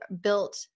built